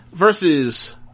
Versus